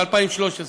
ב-2013.